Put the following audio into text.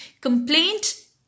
Complaint